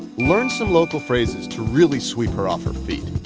learn some local phrases to really sweep her off her feet.